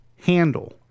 Handle